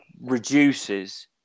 reduces